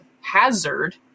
Hazard